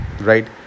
right